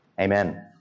Amen